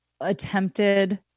attempted